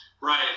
Right